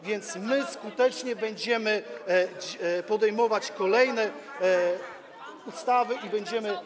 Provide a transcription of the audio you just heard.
Więc my skutecznie będziemy uchwalać kolejne ustawy i będziemy.